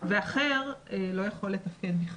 אבל הוא מצליח להחזיק איזה שהוא תפקוד והאחר לא יכול לתפקד בכלל,